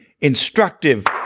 instructive